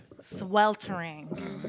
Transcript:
sweltering